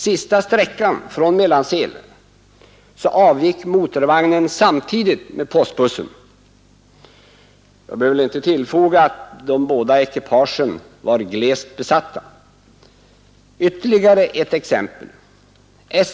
Sista sträckan från Mellansel avgick motorvagnen samtidigt med postbussen. Jag behöver väl inte tillfoga att de båda ekipagen var glest besatta. Ytterligare ett exempel.